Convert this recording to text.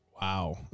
wow